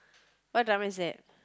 what drama is that